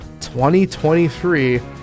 2023